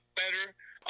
better